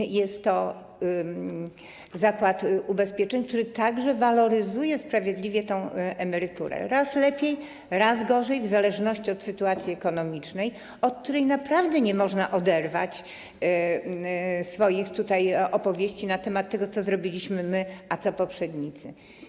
I jest to zakład ubezpieczeń, który także waloryzuje sprawiedliwie tę emeryturę, raz lepiej, raz gorzej, w zależności od sytuacji ekonomicznej, od której naprawdę nie można oderwać swoich opowieści na temat tego, co zrobiliśmy my, a co poprzednicy.